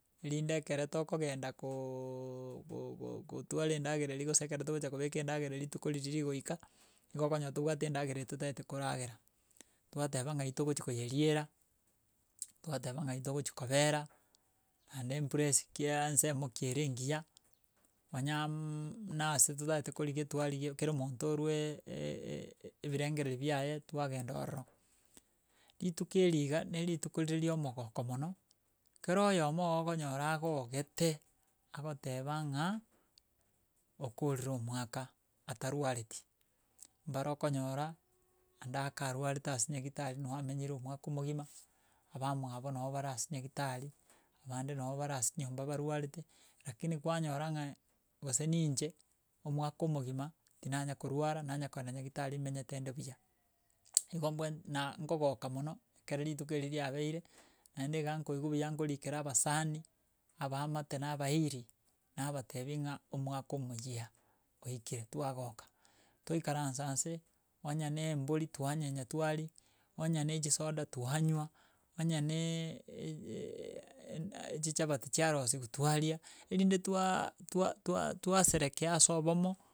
Rinde ekero tokogenda koooo go- go- gotwara endagera eria gose ekero togocha gobeka endagera rituko riria rigoika, igo okonyora tobwate endagera eye totaete koragera, twateba ng'ai togochi koyerirera, twateba ng'ai togochi kobera naende place kiaa nsemo ki ere enginya, manyaaaa mmm muna ase totaete korigia twarigia kero omonto orwee e- e ebirengereri biaye twagenda ororo. Rituko eria iga na erituko rire ria omogoko mono, kero oyomo ookonyora agogete agoteba ng'a, okorire omwaka atarwareti mbare okonyora anda akarwarete ase nyagitari noo amenyire omwaka omogima, abamwabo noo bare ase nyagitari, abande noo bare ase nyomba barwarete, rakini kwanyora ng'a gose ninche omwaka omogima, tinanya korwara nanya koenda nyagitari menyete inde buya. Igo mbwene na ngogoka mono, ekero rituko riria riabeire naende iga nkoigwa buya ngorikera abasani abaamate nabairi nabatebi ng'a omwaka omoyia oikire, twagoka twaikaransa nse onye na embori twanyenya twaria, onya na echisoda twanywa, onye naaa e- eee- ee- enuh chichabati chiarosiwu twaria, erinde twaaaa twa twa twaserekea ase obomo.